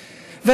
במתמטיקה,